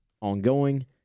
ongoing